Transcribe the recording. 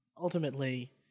ultimately